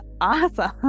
awesome